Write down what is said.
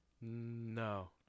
No